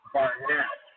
Barnett